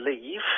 leave